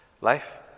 Life